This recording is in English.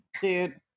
Dude